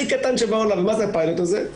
מה זה הפיילוט הזה?